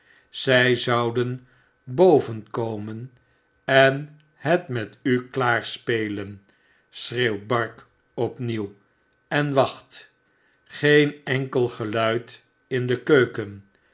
zy zouden boven komen en net met u klaar spelen schreeuwt bark opnieuw en wacht geen enkel geluid in de keuken